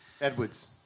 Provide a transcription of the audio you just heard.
Edwards